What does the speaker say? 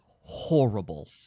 horrible